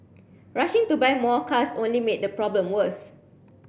rushing to buy more cars only made the problem worse